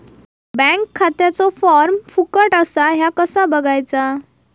Bank खात्याचो form फुकट असा ह्या कसा बगायचा?